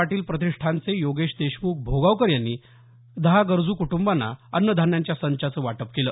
पाटील प्रतिष्ठानचे योगेश देशमुख भोगावकर यांनी दहा गरजु कुटुबाना अन्नधान्याच्या किटचं वाटप केलं